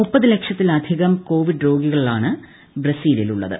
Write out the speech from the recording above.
മുപ്പത് ലക്ഷത്തിലധികം കോവിഡ് രോഗികളിലാണ് ബ്രസീലിൽ ഉള്ളത്